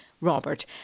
Robert